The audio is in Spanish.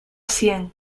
sien